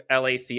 LAC